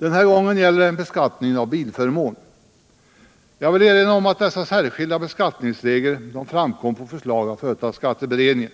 Den här gången gäller det beskattningen av bilförmån. Jag vill erinra om att dessa särskilda beskattningsregler framkom på förslag av företagsskatteberedningen.